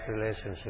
relationship